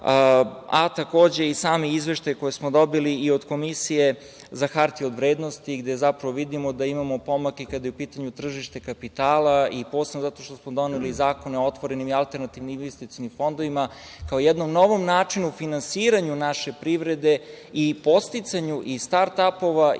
i sami izveštaji koje smo dobili i od Komisije za hartije od vrednosti, gde zapravo vidimo da imamo pomak i kada je u pitanju tržište kapitala i posebno zato što smo doneli zakone o otvorenim i alternativnim investicionim fondovima kao jednom novom načinu finansiranja naše privrede i podsticanju i start-apova